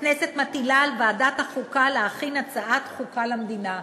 הכנסת מטילה על ועדת החוקה להכין הצעת חוקה למדינה.